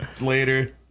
Later